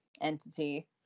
entity